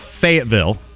Fayetteville